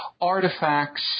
artifacts